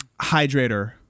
hydrator